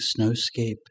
snowscape